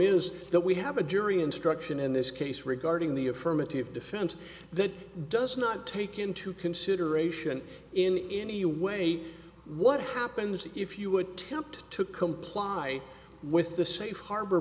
is that we have a jury instruction in this case regarding the affirmative defense that does not take into consideration in any way what happens if you attempt to comply with the safe harbor